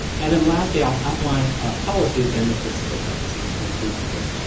and then, lastly, i'll outline a policy agenda for sickle cell disease to improve care.